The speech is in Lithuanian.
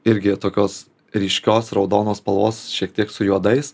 irgi tokios ryškios raudonos spalvos šiek tiek su juodais